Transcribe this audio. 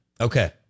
Okay